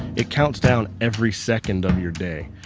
it counts down every second of your day.